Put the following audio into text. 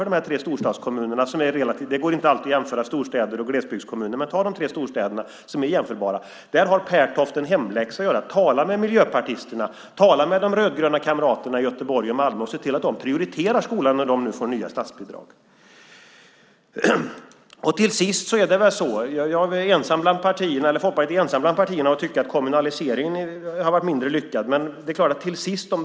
Det går inte alltid att jämföra storstäder och glesbygdskommuner, men när vi tar de här tre storstadskommunerna som är jämförbara har Mats Pertoft en hemläxa att göra. Tala med miljöpartisterna! Tala med de rödgröna kamraterna i Göteborg och Malmö och se till att de prioriterar skolan när de nu får nya statsbidrag! Folkpartiet är ensamt bland partierna om att tycka att kommunaliseringen har varit mindre lyckad.